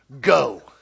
Go